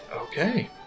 Okay